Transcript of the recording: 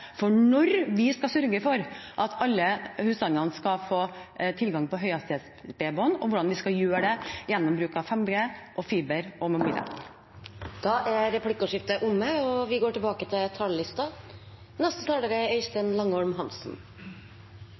for når vi skal sørge for at alle husstandene får tilgang på høyhastighetsbredbånd, og hvordan vi skal gjøre det gjennom bruk av 5G, fiber og mobilnett. Replikkordskiftet er omme. Vi fortsetter med bredbånd, og